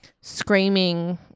screaming